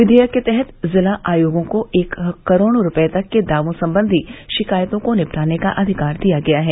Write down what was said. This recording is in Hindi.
विघेयक के तहत जिला आयोगों को एक करोड रुपये तक के दावों संबंधी शिकायतों को निपटाने का अधिकार दिया गया है